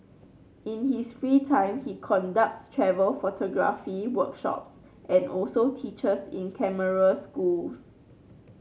in his free time he conducts travel photography workshops and also teachers in camera schools